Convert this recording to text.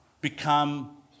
become